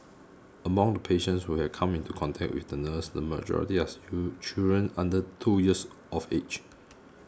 among the patients who had come into contact with the nurse the majority as children under two years of age